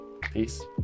Peace